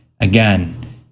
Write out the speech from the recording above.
Again